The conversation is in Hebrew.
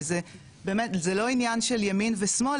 וזה באמת זה לא עניין של ימין ושמאל,